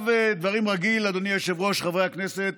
אדוני היושב-ראש, חברי הכנסת,